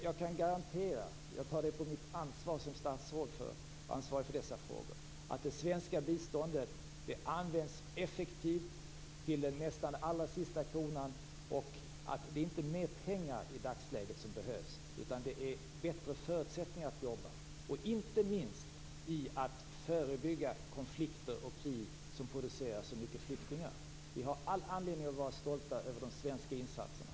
Jag kan garantera, jag tar det på mitt ansvar som statsråd, att det svenska biståndet används effektivt nästan till den allra sista kronan. Det som behövs i dagsläget är inte mer pengar utan bättre förutsättningar att jobba. Det gäller inte minst möjligheterna att förebygga konflikter och krig, som producerar så mycket flyktingar. Vi har all anledning att vara stolta över de svenska insatserna.